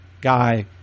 guy